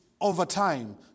overtime